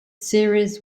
series